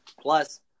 Plus